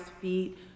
feet